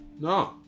No